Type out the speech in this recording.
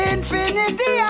Infinity